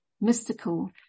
mystical